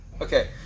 Okay